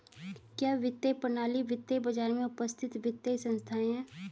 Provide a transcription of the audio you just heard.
क्या वित्तीय प्रणाली वित्तीय बाजार में उपस्थित वित्तीय संस्थाएं है?